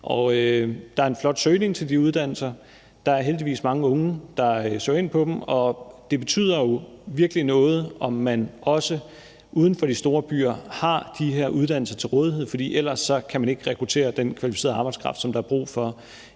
Der er en flot søgning til de uddannelser. Der er heldigvis mange unge, der søger ind på dem, og det betyder jo virkelig noget, om man også uden for de store byer har de her uddannelser til rådighed, for ellers kan man ikke rekruttere den kvalificerede arbejdskraft, som der er brug for